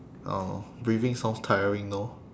I don't know breathing sounds tiring no